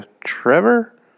Trevor